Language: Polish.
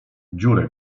dziurę